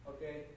Okay